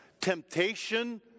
temptation